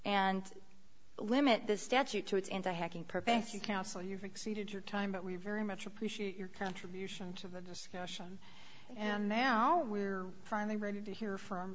and limit the statute to it's in the hacking purpose you counsel you've exceeded your time but we very much appreciate your contribution to the discussion and now we're finally ready to hear from